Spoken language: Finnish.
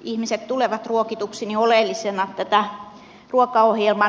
ihmiset tulevat ruokituiksi pidän kyllä oleellisena tätä ruokaohjelman ylläpitämistä